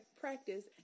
practice